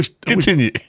Continue